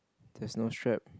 there's no shape